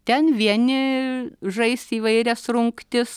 ten vieni žais įvairias rungtis